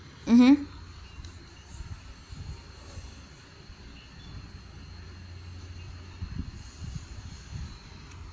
mmhmm